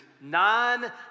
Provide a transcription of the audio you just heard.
non